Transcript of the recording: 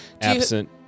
absent